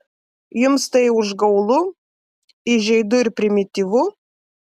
jums tai užgaulu įžeidu ir primityvu